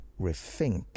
rethink